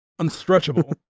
unstretchable